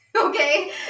Okay